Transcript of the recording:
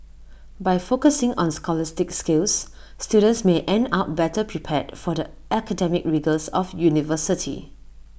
by focusing on scholastic skills students may end up better prepared for the academic rigours of university